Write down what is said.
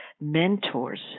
mentors